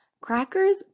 crackers